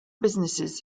businesses